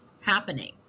happening